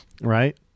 Right